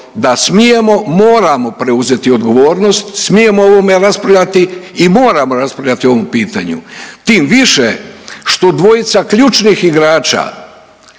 da smijemo, moramo preuzeti odgovornost, smijemo o ovome raspravljati i moramo raspravljati o ovom pitanju tim više što dvojica ključnih igrača